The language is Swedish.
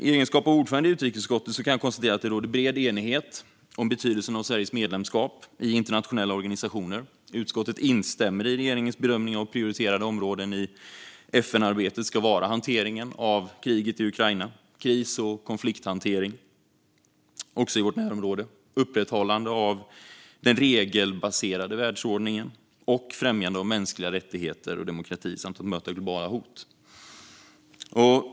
I egenskap av ordförande i utrikesutskottet kan jag konstatera att det råder bred enighet om betydelsen av Sveriges medlemskap i internationella organisationer. Utskottet instämmer i regeringens bedömning att prioriterade områden i FN-arbetet ska vara att hantera kriget i Ukraina, att hantera kriser och konflikter, också i vårt närområde, att upprätthålla den regelbaserade världsordningen, att främja mänskliga rättigheter och demokrati och att möta globala hot.